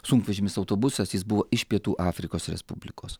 sunkvežimis autobusas jis buvo iš pietų afrikos respublikos